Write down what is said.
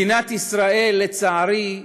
מדינת ישראל, לצערי,